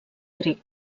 grec